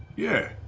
yeah.